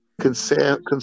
concern